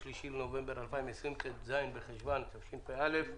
היום ה-3 בנובמבר 2020, ט"ז בחשוון התשפ"א.